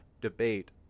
debate